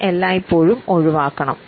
അത് എല്ലായ്പ്പോഴും ഒഴിവാക്കണം